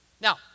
Now